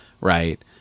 right